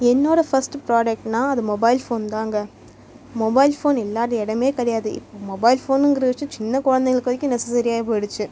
என்னோடய ஃபஸ்ட்டு ப்ராடக்ட்னால் அது மொபைல் ஃபோன் தாங்க மொபைல் ஃபோன் இல்லாத இடமே கிடையாது இப்போ மொபைல் ஃபோனுங்கிற விஷயம் சின்ன குழந்தைங்களுக்கு வரைக்கும் நெசசரி ஆகி போயிடுச்சு